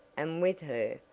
and with her,